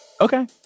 Okay